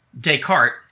Descartes